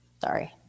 Sorry